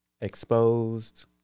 Exposed